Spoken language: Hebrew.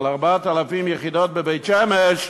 אבל 4,000 יחידות בבית-שמש,